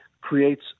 creates